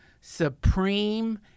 supreme